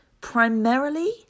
Primarily